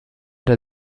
der